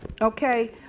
okay